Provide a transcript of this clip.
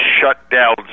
shutdown